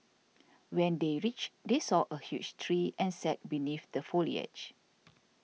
when they reached they saw a huge tree and sat beneath the foliage